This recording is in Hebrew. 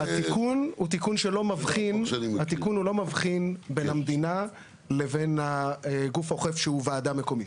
התיקון לא מבחין בין המדינה לבין הגוף האוכף שהוא וועדה מקומית.